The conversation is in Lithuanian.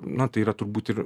na tai yra turbūt ir